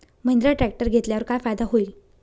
Mahindra tractor घेतल्यावर काय फायदा होईल?